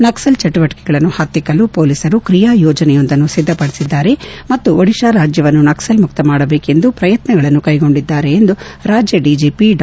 ನಕ್ಷಲ್ ಚಟುವಟಕೆಗಳನ್ನು ಪತ್ತಿಕ್ಕಲು ಪೊಲೀಸರು ಕ್ರಿಯಾ ಯೋಜನೆಯೊಂದನ್ನು ಸಿದ್ಲಪಡಿಸಿದ್ದಾರೆ ಮತ್ತು ಒಡಿಶಾ ರಾಜ್ಯವನ್ನು ನಕ್ಷಲ್ ಮುಕ್ತ ಮಾಡಬೇಕೆಂದು ಪ್ರಯತ್ನಗಳನ್ನು ಕ್ಲೆಗೊಂಡಿದ್ದಾರೆ ಎಂದು ರಾಜ್ಯ ಡಿಜಿಪಿ ಡಾ